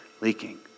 leaking